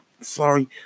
Sorry